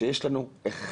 כשיש לנו 1:10,000,